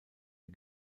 der